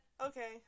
Okay